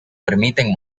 permiten